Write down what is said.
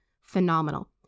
phenomenal